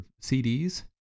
CDs